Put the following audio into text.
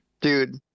Dude